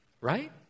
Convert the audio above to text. right